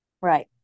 Right